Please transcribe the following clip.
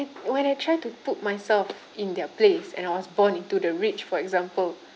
when I try to put myself in their place and I was born into the rich for example